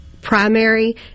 primary